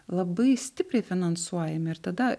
labai stipriai finansuojami ir tada